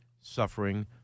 suffering